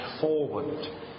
forward